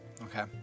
Okay